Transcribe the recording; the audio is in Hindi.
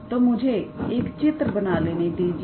तो मुझे एक चित्र बना लेने दीजिए